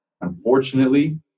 Unfortunately